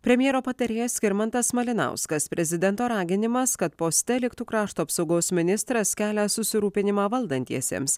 premjero patarėjas skirmantas malinauskas prezidento raginimas kad poste liktų krašto apsaugos ministras kelia susirūpinimą valdantiesiems